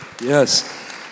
Yes